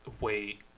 wait